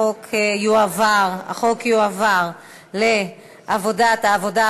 החוק יועבר לוועדת העבודה,